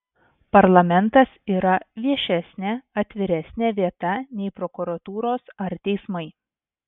parlamentas yra viešesnė atviresnė vieta nei prokuratūros ar teismai